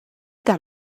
got